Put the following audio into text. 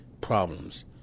problems